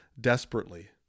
desperately